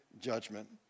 judgment